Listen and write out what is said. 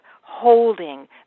holding